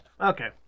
Okay